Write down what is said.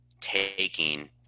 taking